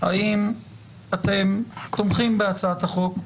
האם אתם תומכים בהצעת החוק?